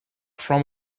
from